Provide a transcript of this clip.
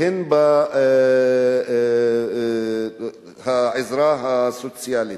והן בעזרה הסוציאלית.